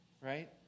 right